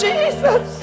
Jesus